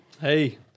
Hey